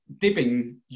dipping